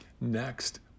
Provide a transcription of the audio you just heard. Next